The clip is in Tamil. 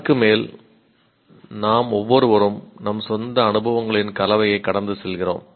அதற்கு மேல் நாம் ஒவ்வொருவரும் நம் சொந்த அனுபவங்களின் கலவையை கடந்து செல்கிறோம்